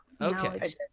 okay